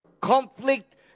conflict